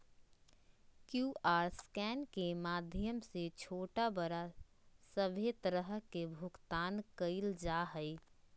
QR scan के माध्यम से छोटा बड़ा सभे तरह के भुगतान कइल जा हइ